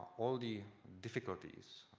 all the difficulties,